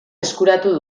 eskuratu